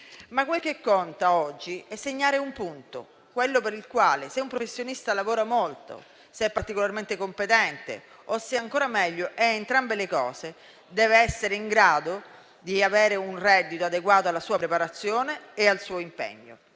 ma quel che conta oggi è segnare un punto, quello per il quale se un professionista lavora molto, se è particolarmente competente o, ancora meglio, se soddisfa entrambi i criteri, deve avere un reddito adeguato alla sua preparazione e al suo impegno.